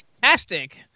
Fantastic